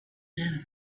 know